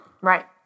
right